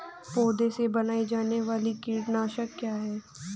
पौधों से बनाई जाने वाली कीटनाशक क्या है?